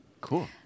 Cool